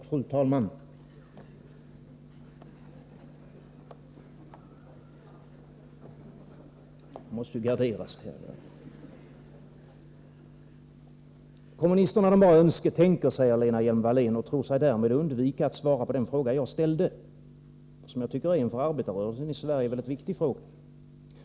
Fru talman! Kommunisterna bara önsketänker, säger Lena Hjelm-Wallén och tror sig därmed ha undvikit att svara på den fråga som jag ställde och som jag tycker är en för arbetarrörelsen i Sverige mycket viktig fråga.